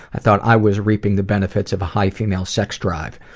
i thought i was reaping the benefits of a high female sex drive.